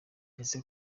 ese